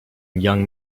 young